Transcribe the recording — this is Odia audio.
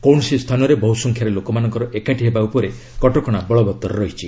କୌଣସି ସ୍ଥାନରେ ବହୁ ସଂଖ୍ୟାରେ ଲୋକମାନଙ୍କ ଏକାଠି ହେବା ଉପରେ କଟକଣା ବଳବତ୍ତର ରହିଛି